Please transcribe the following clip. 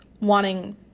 wanting